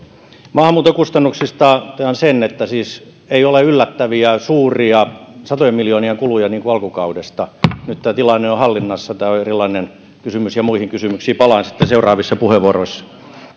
maahanmuuton kustannuksista totean sen että ei siis ole yllättäviä suuria satojen miljoonien kuluja niin kuin alkukaudesta nyt tämä tilanne on hallinnassa tämä on erilainen kysymys ja muihin kysymyksiin palaan sitten seuraavissa puheenvuoroissa